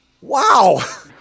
Wow